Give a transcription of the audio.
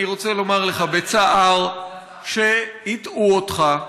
אני רוצה לומר בצער שהטעו אותך.